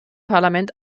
parlament